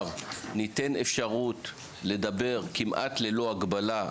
ניתן אפשרות לדבר כמעט ללא הגבלה,